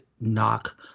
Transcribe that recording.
knock